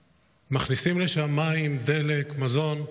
אנחנו מכניסים לשם מים, דלק, מזון.